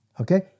Okay